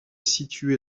située